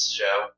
show